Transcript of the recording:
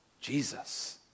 Jesus